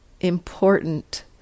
important